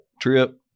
trip